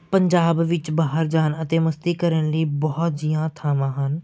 ਪੰਜਾਬ ਵਿੱਚ ਬਾਹਰ ਜਾਣ ਅਤੇ ਮਸਤੀ ਕਰਨ ਲਈ ਬਹੁਤ ਜਿਹੀਆਂ ਥਾਵਾਂ ਹਨ